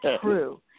true